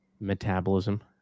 metabolism